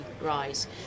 rise